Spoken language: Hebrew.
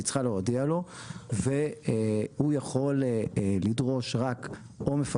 היא צריכה להודיע לו והוא יכול לדרוש או מפקח